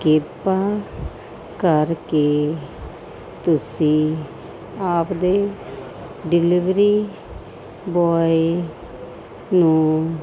ਕਿਰਪਾ ਕਰਕੇ ਤੁਸੀਂ ਆਪਦੇ ਡਿਲੀਵਰੀ ਬੋਏ ਨੂੰ